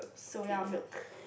soya milk